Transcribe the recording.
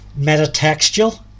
metatextual